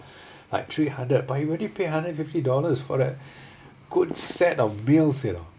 like three hundred but you only pay hundred fifty dollars for that good set of meals you know